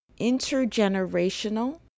intergenerational